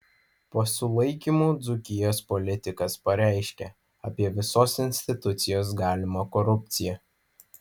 po sulaikymų dzūkijos politikas pareiškia apie visos institucijos galimą korupciją